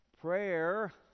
prayer